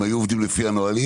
אם היו עובדים לפי הנהלים,